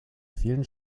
vielen